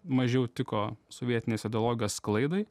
mažiau tiko sovietinės ideologijos sklaidai